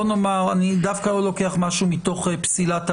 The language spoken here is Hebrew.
אני דווקא לא לוקח משהו מתוך פסילת הראיה,